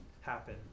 happen